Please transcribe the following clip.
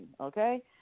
Okay